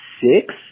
six